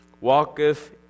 walketh